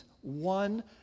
one